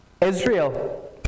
israel